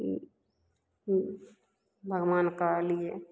भगवानके लिए